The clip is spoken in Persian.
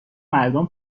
مردم